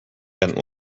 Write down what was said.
bent